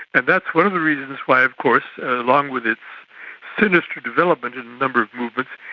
and that's one of the reasons why of course, along with its sinister development in a number of movements,